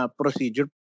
procedure